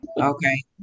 Okay